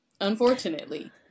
unfortunately